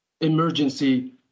emergency